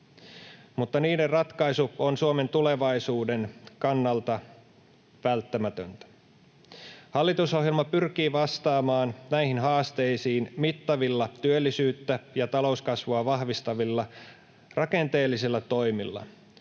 mutta niiden ratkaisu on Suomen tulevaisuuden kannalta välttämätöntä. Hallitusohjelma pyrkii vastaamaan näihin haasteisiin mittavilla työllisyyttä ja talouskasvua vahvistavilla rakenteellisilla toimilla,